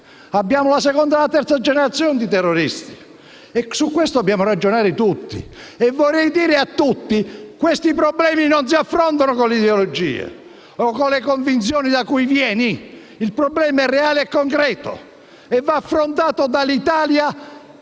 abbiamo la seconda o terza generazione di terroristi. Su questo dobbiamo ragionare tutti e a tutti vorrei dire che questi problemi non si affrontano con le ideologie o con le convinzioni di provenienza. Il problema è reale e concreto e va affrontato dall'Italia seriamente.